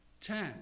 Ten